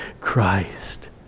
Christ